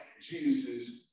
Jesus